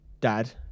dad